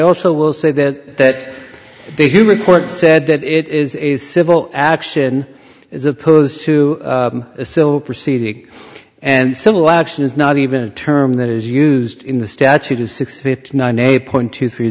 also will say that they who report said that it is a civil action is opposed to a sill proceeding and civil action is not even a term that is used in the statute of six fifty nine eight point two three